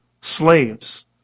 slaves